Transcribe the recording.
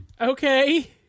Okay